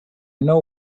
know